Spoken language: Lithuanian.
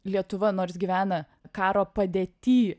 lietuva nors gyvena karo padėty